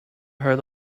heard